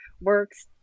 works